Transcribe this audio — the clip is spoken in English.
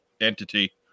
entity